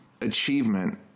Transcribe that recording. achievement